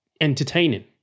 entertaining